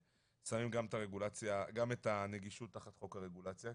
שמים גם את הנגישות תחת חוק הרגולציה.